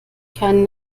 keinen